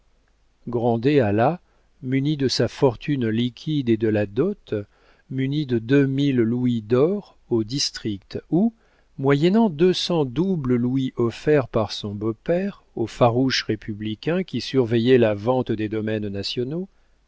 alla muni de sa fortune liquide et de la dot muni de deux mille louis d'or au district où moyennant deux cents doubles louis offerts par son beau-père au farouche républicain qui surveillait la vente des domaines nationaux